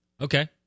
Okay